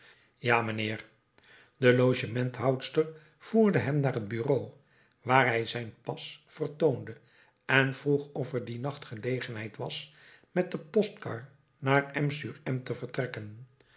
ja mijnheer de logementhoudster voerde hem naar het bureau waar hij zijn pas vertoonde en vroeg of er dien nacht gelegenheid was met de postkar naar m sur m te vertrekken